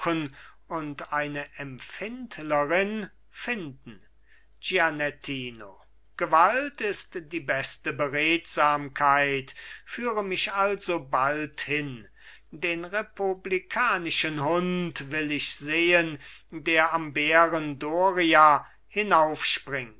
und eine empfindlerin finden gianettino gewalt ist die beste beredsamkeit führe mich alsobald hin den republikanischen hund will ich sehen der am bären doria